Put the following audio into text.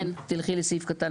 סעיף קטן